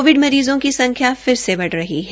Covid मरीजों की संख्या फिर से बढ़ रही है